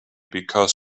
because